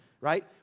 right